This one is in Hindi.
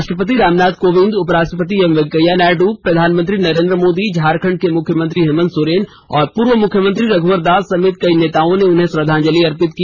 राष्ट्रपति रामनाथ कोविंद उपराष्ट्रपति एम र्वेकैया नायडु प्रधानमंत्री नरेंद्र मोदी झारखंड के मुख्यमंत्री हेमंत सोरेन और पूर्व मुख्यमंत्री रघुवर दास समेत कई नेताओं ने उन्हें श्रद्वांजलि अर्पित की